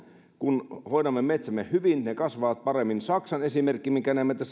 kun hoidamme metsämme hyvin ne kasvavat paremmin saksan esimerkki minkä näimme